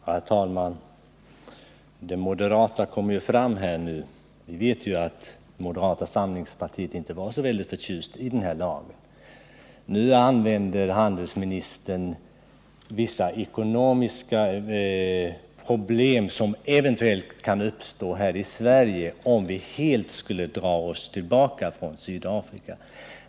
Herr talman! Det moderata kommer fram här nu. Vi vet att moderata samlingspartiet inte var så förtjust i lagen. Nu anmäler handelsministern vissa ekonomiska problem, som eventuellt kan uppstå här i Sverige om vi helt skulle dra oss tillbaka från Sydafrika.